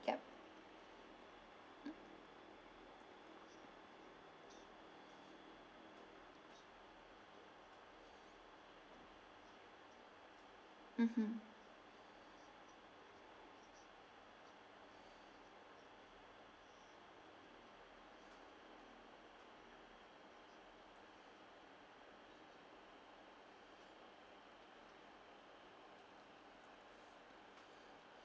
yup mmhmm